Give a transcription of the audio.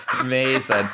amazing